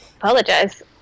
Apologize